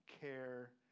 care